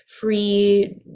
free